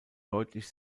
deutlich